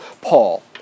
Paul